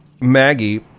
Maggie